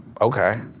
okay